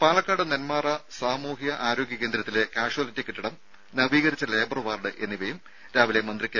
രുര പാലക്കാട് നെന്മാറ സാമൂഹ്യ ആരോഗ്യ കേന്ദ്രത്തിലെ കാഷ്വാലിറ്റി കെട്ടിടം നവീകരിച്ച ലേബർ വാർഡ് എന്നിവ രാവിലെ മന്ത്രി കെ